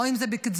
אם זה בקצבאות,